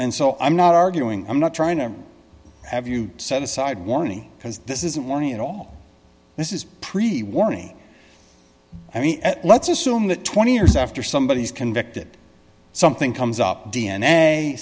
and so i'm not arguing i'm not trying to have you set aside warney because this isn't warning at all this is pretty warning i mean let's assume that twenty years after somebody is convicted something comes up d